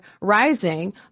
rising